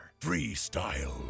freestyle